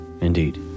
Indeed